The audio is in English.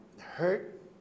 hurt